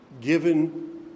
Given